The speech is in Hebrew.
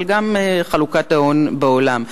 אבל גם חלוקת ההון בעולם.